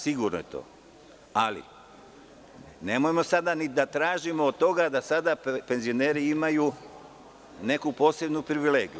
Sigurno je to, ali nemojmo sada ni da tražimo od toga da sada penzioneri imaju neku posebnu privilegiju.